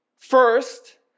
First